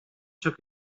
took